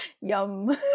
Yum